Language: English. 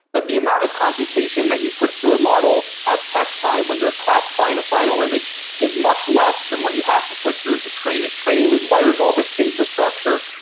but the amount of computation that you put through a model at test time when you're classifying a final image is much less than what you have to put through to train it. training requires all these infrastructure.